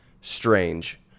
strange